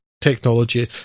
technology